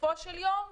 בסופו של יום,